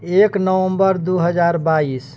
एक नवम्बर दू हजार बाइस